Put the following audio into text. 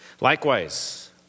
Likewise